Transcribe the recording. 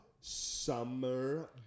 summer